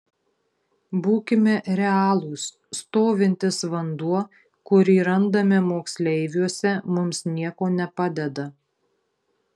būkime realūs stovintis vanduo kurį randame moksleiviuose mums nieko nepadeda